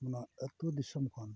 ᱱᱚᱣᱟ ᱟᱛᱳ ᱫᱤᱥᱚᱢ ᱠᱷᱚᱱ